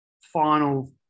final